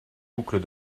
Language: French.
boucles